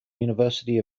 university